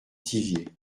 thiviers